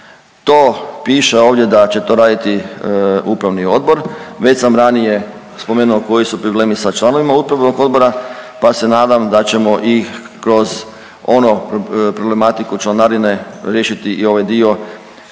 To piše ovdje da će to raditi upravni odbor. Već sam ranije spomenuo koji su problemi sa članovima upravnog odbora, pa se nadam da ćemo i kroz ono problematiku članarine riješiti i ovaj dio